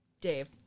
Dave